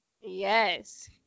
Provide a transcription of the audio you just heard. Yes